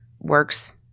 works